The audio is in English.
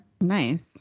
nice